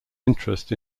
interest